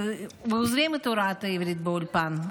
ועוזבים את הוראת העברית באולפן,